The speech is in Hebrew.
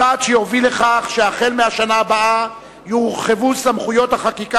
צעד זה יוביל לכך שמהשנה הבאה יורחבו סמכויות החקיקה